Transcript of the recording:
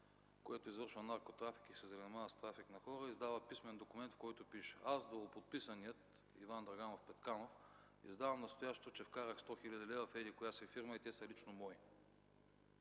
което извършва наркотрафик и се занимава с трафик на хора, издава писмен документ, в който пише: Аз, долуподписаният Иван Драганов Петканов издавам настоящото, че вкарах 100 хиляди лева в еди-коя си фирма и те са лично мои.